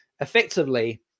effectively